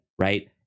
Right